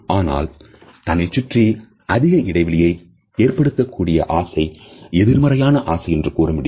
ஆனால் தன்னை சுற்றி அதிக இடைவெளியை ஏற்படுத்தக்கூடிய ஆசை எதிர்மறையான ஆசை என்று கூறமுடியாது